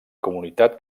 comunitat